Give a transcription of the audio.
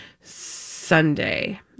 Sunday